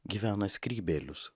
gyvena skrybėlius